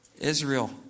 Israel